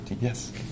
yes